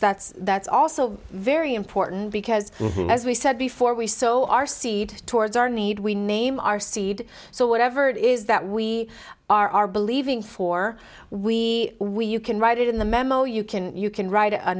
that's that's also very important because as we said before we so our seed towards our need we name our seed so whatever it is that we are believing for we we you can write it in the memo you can you can write a